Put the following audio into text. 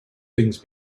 things